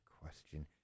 question